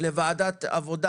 לשתי הוועדות,